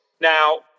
Now